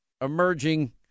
emerging